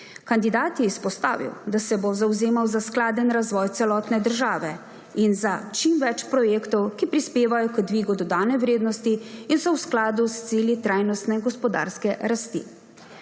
Kandidat je izpostavil, da se bo zavzemal za skladen razvoj celotne države in za čim več projektov, ki prispevajo k dvigu dodane vrednosti in so v skladu s cilji trajnostne gospodarske rasti.